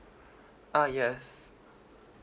ah yes